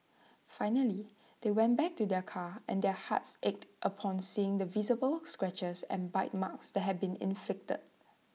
finally they went back to their car and their hearts ached upon seeing the visible scratches and bite marks that had been inflicted